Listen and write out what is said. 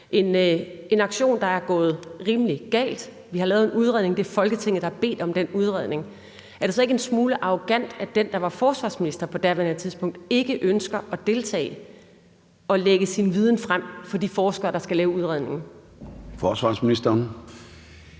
en aktion, der er gået rimelig galt – vi har lavet en udredning og det er Folketinget, der har bedt om den udredning, er det så ikke en smule arrogant, at den, der på daværende tidspunkt var forsvarsminister, ikke ønsker at deltage og lægge sin viden frem for de forskere, der skal lave udredningen? Kl.